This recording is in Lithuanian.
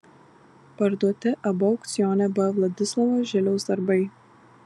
parduoti abu aukcione buvę vladislovo žiliaus darbai